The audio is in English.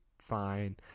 fine